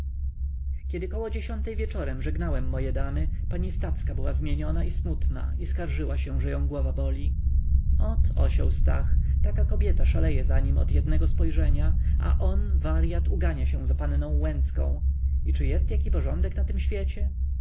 kiedy około dziesiątej wieczorem żegnałem moje damy pani stawska była zmieniona i smutna i skarżyła się że ją głowa boli ot osioł stach taka kobieta szaleje za nim od jednego spojrzenia a on waryat ugania się za panną łęcką i czy jest jaki porządek na tym świecie